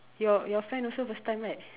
your your friend also first time right